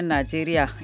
Nigeria